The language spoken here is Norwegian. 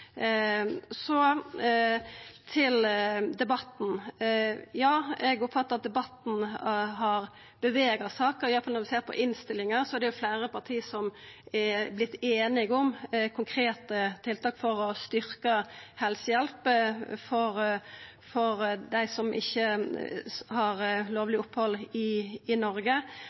Så til debatten. Eg oppfattar at debatten har bevega saka, i alle fall når vi ser på innstillinga, for det er fleire parti som der er vortne einige om konkrete tiltak for styrkt helsehjelp til dei som ikkje har lovleg opphald i Noreg.